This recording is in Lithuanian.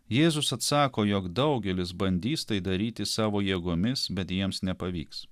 jėzus atsako jog daugelis bandys tai daryti savo jėgomis bet jiems nepavyks